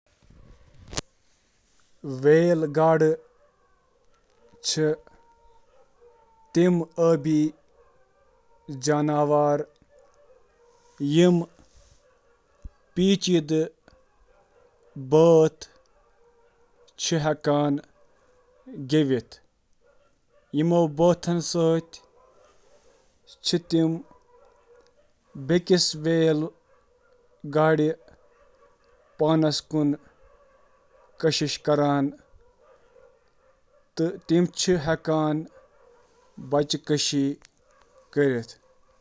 آ، وہیل چِھ سمندری جانور یم پیچیدٕ گیت گیوان چِھ: مواصلات، کورٹشپ، جارحیت تہٕ محبت۔